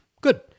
Good